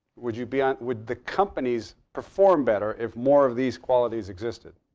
would you be ah would the companies perform better if more of these qualities existed?